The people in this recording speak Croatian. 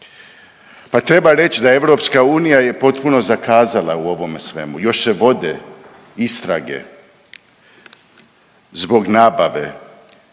pa treba reći da EU je potpuno zakazala u ovome svemu i još se vode istrage zbog nabave